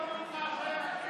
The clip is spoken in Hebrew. מחברי הכנסת